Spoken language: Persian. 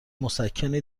مسکنی